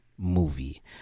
movie